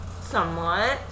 Somewhat